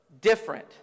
different